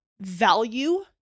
value